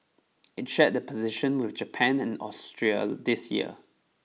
it shared the position with Japan and Austria this year